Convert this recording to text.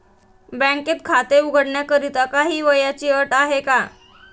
बँकेत खाते उघडण्याकरिता काही वयाची अट आहे का?